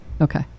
Okay